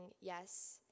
yes